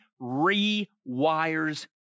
rewires